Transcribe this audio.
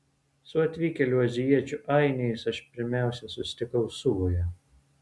su atvykėlių azijiečių ainiais aš pirmiausia susitikau suvoje